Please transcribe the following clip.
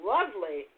Lovely